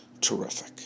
terrific